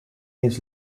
his